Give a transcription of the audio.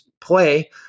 play